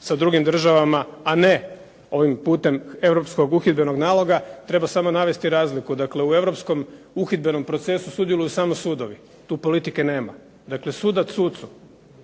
sa drugim državama, a ne ovim putem europskog uhidbenog naloga treba samo navesti razliku. Dakle, u europskom uhidbenom procesu sudjeluju samo sudovi. Tu politike nema. Dakle, sudac sucu